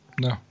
No